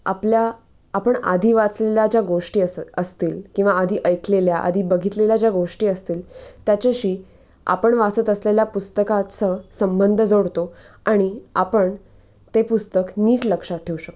आपल्या आपण आधी वाचलेल्या ज्या गोष्टी अस असतील किंवा आधी ऐकलेल्या आधी बघितलेल्या ज्या गोष्टी असतील त्याच्याशी आपण वाचत असलेल्या पुस्तकासह संबंंध जोडतो आणि आपण ते पुस्तक नीट लक्षात ठेवू शकतो